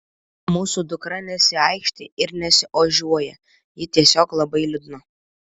mūsų dukra nesiaikštija ir nesiožiuoja ji tiesiog labai liūdna